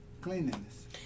cleanliness